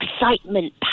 excitement